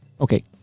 Okay